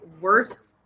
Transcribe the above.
worst